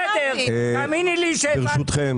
בסדר, תאמיני לי שהבנתי.